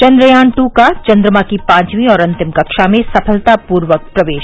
Chandrayaan two का चन्द्रमा की पांचवी और अंतिम कक्षा में सफलतापूर्वक प्रवेश